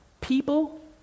people